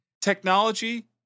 Technology